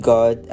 God